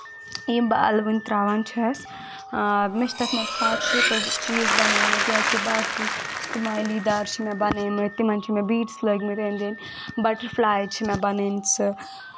یِم بہٕ اَلونٛد تراوان چھَس مےٚ چھِ تَتھ منٛز ہاٹ شیپٔڈ چیٖز بَنٲیمٕتۍ یا کیٚنٛہہ باقی سمایلی دار چھِ مےٚ بَنٲیمٕتۍ تِمن چھ مےٚ بیٖڈس لٲگمٕتۍ أنٛدۍ أنٛدۍ بٹرفلای چھِ مےٚ بَنامژٕ